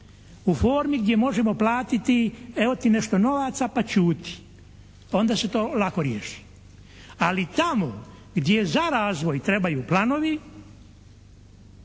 u formi gdje možemo platiti evo ti nešto novaca pa ćuti. Onda se to lako riješi. Ali tamo gdje za razvoj trebaju planovi,